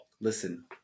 Listen